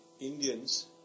Indians